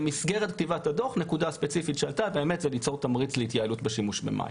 במסגרת כתיבת הדוח עלה צורך ביצירת תמריץ להתייעלות בשימוש במים.